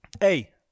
Hey